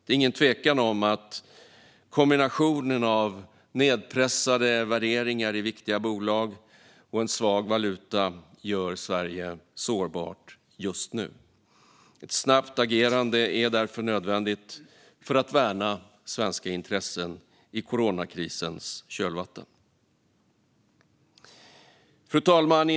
Det är ingen tvekan om att kombinationen av nedpressade värderingar i viktiga bolag och en svag valuta gör Sverige sårbart just nu. Ett snabbt agerande är därför nödvändigt för att värna svenska intressen i coronakrisens kölvatten. Fru talman!